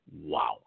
wow